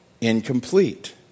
incomplete